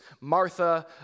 Martha